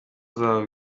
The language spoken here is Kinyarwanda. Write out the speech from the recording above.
zabo